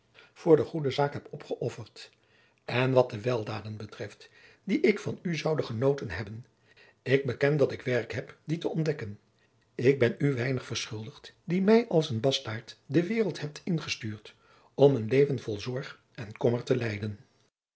voor de goede zaak heb opgëofferd en wat de weldaden betreft die ik van u zoude genoten hebben ik beken dat ik werk heb die te ontdekken ik ben u weinig verschuldigd die mij als een bastert de waereld hebt ingestuurd om een leven vol zorg en kommer te leiden